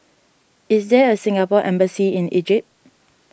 is there a Singapore Embassy in Egypt